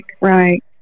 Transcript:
right